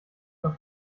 zur